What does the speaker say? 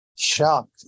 shocked